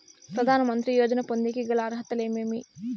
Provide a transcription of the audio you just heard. ప్రధాన మంత్రి యోజన పొందేకి గల అర్హతలు ఏమేమి?